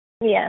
Yes